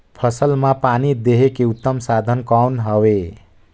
फसल मां पानी देहे के उत्तम साधन कौन हवे?